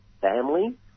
family